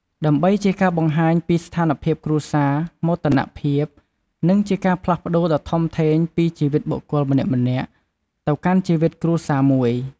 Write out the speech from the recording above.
ដើម្បីជាការបង្ហាញពីស្ថានភាពគ្រួសារ មោទនភាព និងជាការផ្លាស់ប្តូរដ៏ធំធេងពីជីវិតបុគ្គលម្នាក់ៗ ទៅកាន់ជីវិតគ្រួសារមួយ។